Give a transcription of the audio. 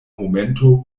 momento